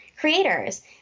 creators